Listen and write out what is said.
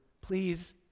Please